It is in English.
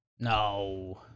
No